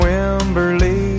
Wimberley